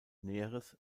näheres